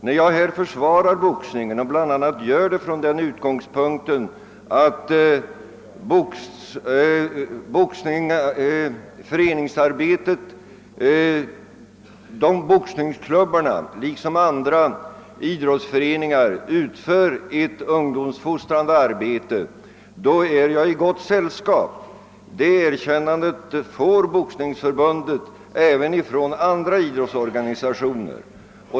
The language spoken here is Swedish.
När jag här försvarar boxningen och bl.a. gör det från den utgångspunkten att boxningsklubbarna liksom andra idrottsföreningar utför ett ungdomsfostrande arbete, är jag i gott sällskap. Det erkännandet får Boxningsförbundet även från andra idrottsorganisationer.